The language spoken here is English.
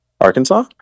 arkansas